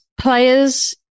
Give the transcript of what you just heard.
players